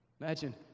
Imagine